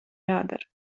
jādara